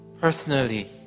personally